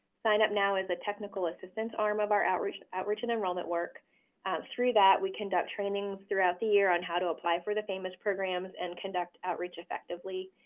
sign up now is a technical assistance arm of our outreach outreach and enrollment work, and through that we conduct trainings throughout the year on how to apply for the famis programs and conduct outreach effectively.